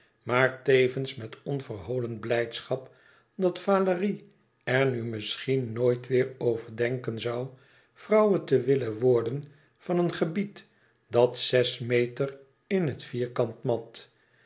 maar tevens met onverholen blijdschap dat valérie er nu misschien nooit weêr over denken zoû vrouwe te willen worden van een gebied dat zes meter in het vierkant mat